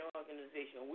organization